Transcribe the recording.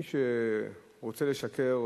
מי שרוצה לשקר,